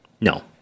No